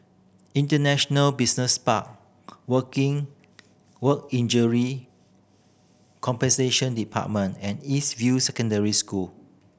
International Business Park Working Work Injury Compensation Department and East View Secondary School